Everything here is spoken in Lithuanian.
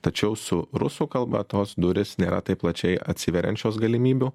tačiau su rusų kalba tos durys nėra taip plačiai atsiveriančios galimybių